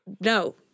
no